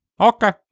Okay